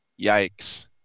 yikes